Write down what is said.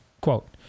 quote